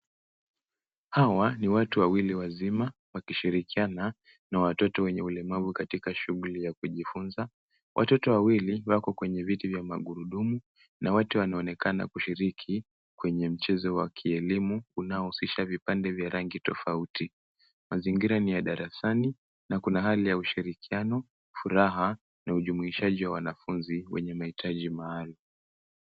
Hawa ni watu wazima wakishirikiana na watoto wenye ulemavu katika shughuli ya kujifunza. Watoto wawili wako kwenye viti vya magurudumu na wote wanaonekana kushiriki kwenye mchezo wa kielimu unaohusisha vipande vya rangi tofauti. Mazingira ni ya darasani na kuna hali ya ushirikiano, furaha na ujumuishaji wa wanafunzi wenye mahitaji maalum.